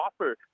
offer